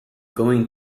going